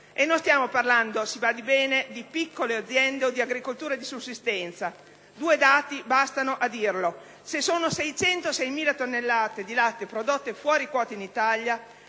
E non stiamo parlando - si badi bene - di piccole aziende o di agricoltura di sussistenza. Due dati bastano a dimostrarlo: se sono 606.000 le tonnellate di latte prodotte fuori quota in Italia,